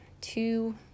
two